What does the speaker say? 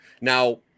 Now